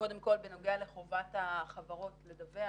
קודם כל בנוגע לחובת החברות לדווח,